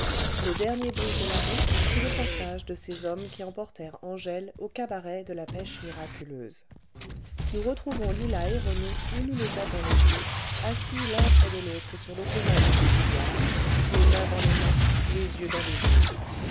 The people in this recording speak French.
le dernier bruit de la rue fut le passage de ces hommes qui emportèrent angèle au cabaret de la pêche miraculeuse nous retrouvons lila et rené où nous les avons laissés assis l'un près de l'autre sur l'ottomane du boudoir les mains dans les mains les yeux dans les yeux